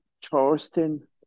Charleston